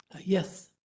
Yes